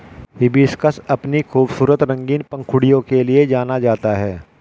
hibiscus अपनी खूबसूरत रंगीन पंखुड़ियों के लिए जाना जाता है